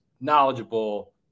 knowledgeable